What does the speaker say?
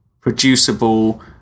producible